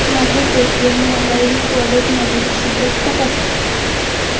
माझ्या Paytm mobile वॉयलेटमधील शिल्लक तपासा